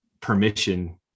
permission